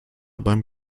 beim